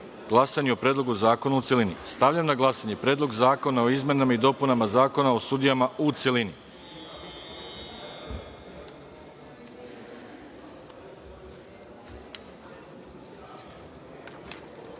glasanju o Predlogu zakona u celini. Stavljam na glasanje Predlog zakona o izmenama i dopunama Zakona o sudijama, u